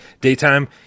daytime